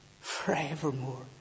forevermore